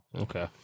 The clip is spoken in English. Okay